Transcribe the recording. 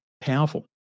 powerful